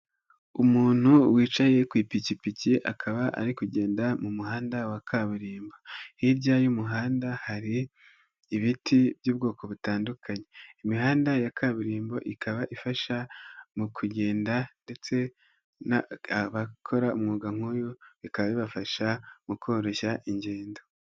Umuntu wicaye ku ipikipiki akaba ari kugenda mu muhanda wa kaburimbo, hirya y'umuhanda hari ibiti by'ubwoko butandukanye, imihanda ya kaburimbo ikaba ifasha mu kugenda ndetse n'abakora umwuga nk'uyu bikaba bibafasha mu koroshya ingendo.